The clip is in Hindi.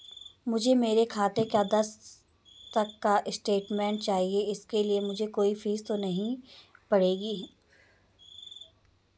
मुझे मेरे खाते का दस तक का स्टेटमेंट चाहिए इसके लिए मुझे कोई फीस तो नहीं पड़ेगी?